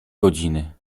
godziny